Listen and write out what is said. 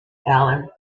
allen